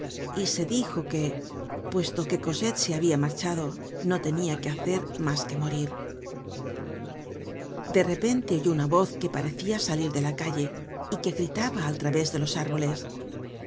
y se dijo que puesto que cosette se habia marchado no tenia que hacer mas que morir de repente oyó una voz que parccia salir de la calle y que gritaba al través de los árboles